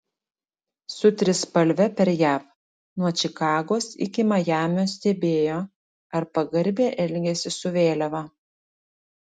su trispalve per jav nuo čikagos iki majamio stebėjo ar pagarbiai elgiasi su vėliava